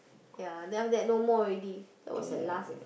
ya then after that no more already that was the last I think